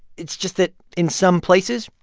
it's just that in some places,